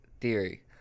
theory